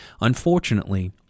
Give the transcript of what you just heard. unfortunately